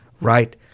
right